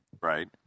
right